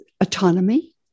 autonomy